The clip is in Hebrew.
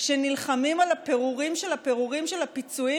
שנלחמים על הפירורים של הפירורים של הפיצויים.